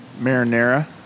marinara